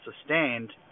sustained